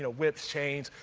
ah whips, chains,